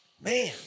Man